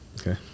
Okay